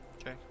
Okay